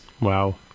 wow